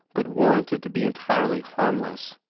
but warranted to be entirely harmless,